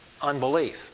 unbelief